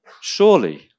Surely